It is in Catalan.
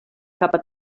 capa